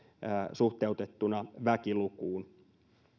suhteutettuna väkilukuun